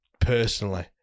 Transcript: personally